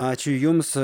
ačiū jums